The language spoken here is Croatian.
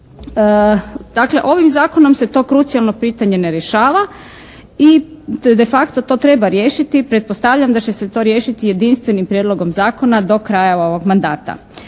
Dakle ovim zakonom se to krucijalno pitanje ne rješava i de facto to treba riješiti i pretpostavljam da će se to riješiti jedinstvenim prijedlogom zakona do kraja ovog mandata.